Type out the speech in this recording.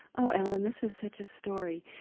oh alan, this is such a story.